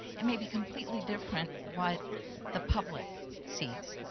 it may be completely different what the public sees.